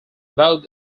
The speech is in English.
both